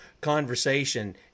conversation